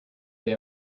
they